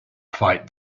fight